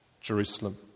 Jerusalem